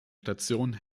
station